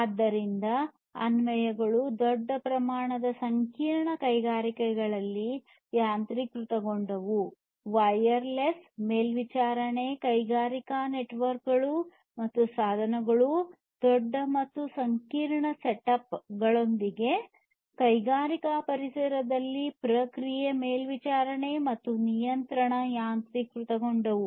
ಆದ್ದರಿಂದ ಅನ್ವಯಗಳು ದೊಡ್ಡ ಪ್ರಮಾಣದ ಸಂಕೀರ್ಣ ಕೈಗಾರಿಕೆಗಳಲ್ಲಿ ಯಾಂತ್ರೀಕೃತಗೊಂಡವು ವಯರ್ಲೆಸ್ ಮೇಲ್ವಿಚಾರಣೆ ಕೈಗಾರಿಕಾ ನೆಟ್ವರ್ಕ್ಗಳು ಮತ್ತು ಸಾಧನಗಳು ದೊಡ್ಡ ಮತ್ತು ಸಂಕೀರ್ಣ ಸೆಟಪ್ಗಳೊಂದಿಗೆ ಕೈಗಾರಿಕಾ ಪರಿಸರದಲ್ಲಿ ಪ್ರಕ್ರಿಯೆ ಮೇಲ್ವಿಚಾರಣೆ ಮತ್ತು ನಿಯಂತ್ರಣ ಯಾಂತ್ರೀಕೃತಗೊಂಡವು